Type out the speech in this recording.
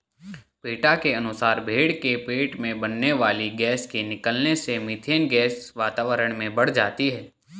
PETA के अनुसार भेंड़ के पेट में बनने वाली गैस के निकलने से मिथेन गैस वातावरण में बढ़ जाती है